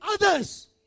others